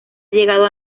llegado